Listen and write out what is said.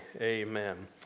amen